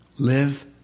Live